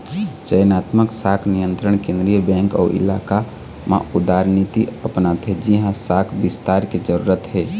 चयनात्मक शाख नियंत्रन केंद्रीय बेंक ओ इलाका म उदारनीति अपनाथे जिहाँ शाख बिस्तार के जरूरत हे